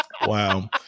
Wow